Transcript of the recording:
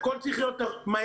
הכול צריך להיות מהר.